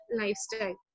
lifestyle